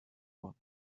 one